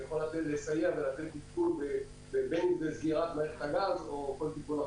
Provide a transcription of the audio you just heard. יכול לסייע ולתת עדכון בין אם זה סגירת --- או כל תיקון אחר.